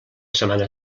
setmana